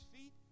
feet